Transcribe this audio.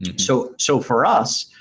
yeah so so, for us,